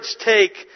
take